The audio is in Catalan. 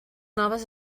noves